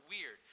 weird